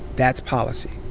that's policy.